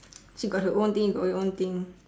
she got her own thing you got your own thing